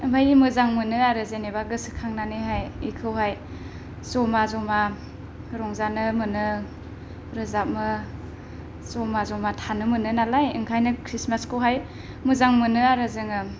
ओमफ्राय मोजां मोनो आरो जेन'बा गोसोखांनानैहाय बेखौहाय ज'मा ज'मा रंजानो मोनो रोजाबो ज'मा ज'मा थानो मोनो नालाय ओंखायनो खृष्टमासखौहाय मोजां मोनो आरो जोङो